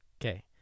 Okay